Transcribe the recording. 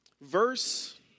Verse